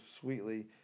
sweetly